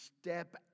step